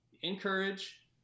encourage